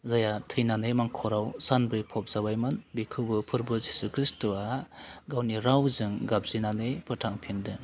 जायहा थैनानै मांखराव साब्रै फबजाबायमोन बिखौबो फोरबो जिशु खृष्ट'वा गावनि रावजों गाबज्रिनानै फोथांफिनदों